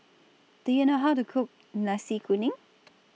Do YOU know How to Cook Nasi Kuning